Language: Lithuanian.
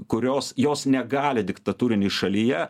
kurios jos negali diktatūrinėj šalyje